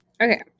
okay